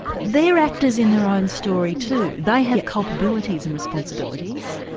they're actors in their own story too, they have culpabilities and responsibilities.